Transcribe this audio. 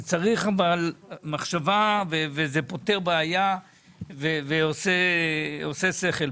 זה מצריך מחשבה, אבל זה פותר בעיה ועושה שכל.